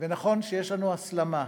ונכון שיש לנו הסלמה.